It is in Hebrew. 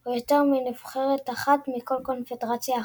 או יותר מנבחרת אחת מכל קונפדרציה אחרת.